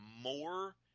more